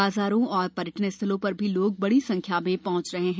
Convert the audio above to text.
बाजारों और पर्यटन स्थलों पर भी लोग बड़ी संख्या में पहँच रहे हैं